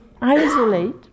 isolate